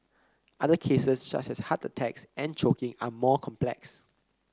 other cases such as heart attacks and choking are more complex